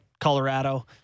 Colorado